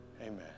Amen